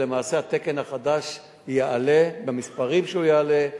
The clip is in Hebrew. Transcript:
ולמעשה התקן החדש יעלה במספרים שהוא יעלה,